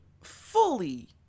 fully